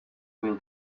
will